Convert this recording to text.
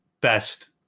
best